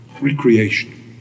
Recreation